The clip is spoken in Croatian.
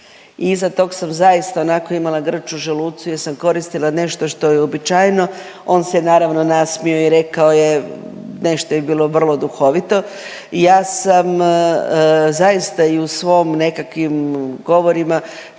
iza toga sam zaista imala grč u želucu jer sam koristila nešto što je uobičajeno, on se naravno nasmijo i rekao je nešto je bilo vrlo duhovito. Ja sam zaista i u svojim nekakvim govorima